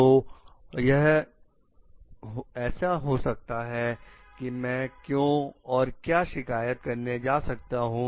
तो यह ऐसे हो सकता है की मैं क्यों और क्या शिकायत करने जा सकता हूं